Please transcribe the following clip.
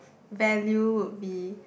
value would be